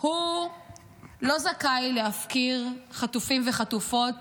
לא זכאי להפקיר חטופים וחטופות